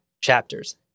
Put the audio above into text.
chapters